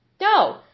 No